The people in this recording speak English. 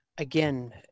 Again